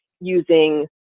using